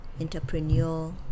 entrepreneur